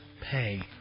pay